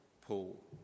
Paul